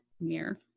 mirror